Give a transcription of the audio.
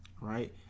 Right